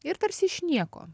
ir tarsi iš nieko